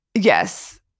yes